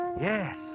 Yes